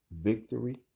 Victory